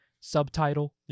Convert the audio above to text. subtitle